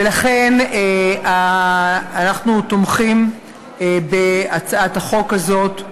ולכן אנחנו תומכים בהצעת החוק הזאת.